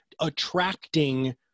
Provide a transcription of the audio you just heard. attracting